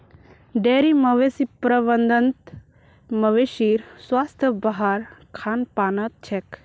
dairy मवेशी प्रबंधत मवेशीर स्वास्थ वहार खान पानत छेक